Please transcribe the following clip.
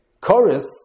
chorus